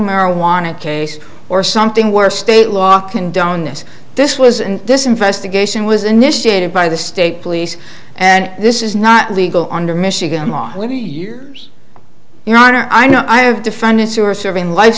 marijuana case or something where state law condone this this was and this investigation was initiated by the state police and this is not legal under michigan law of the year your honor i know i have defendants who are serving life